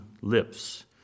lips